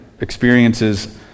experiences